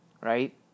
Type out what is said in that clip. Right